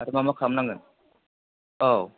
मा मा खालामनांगोन औ